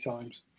times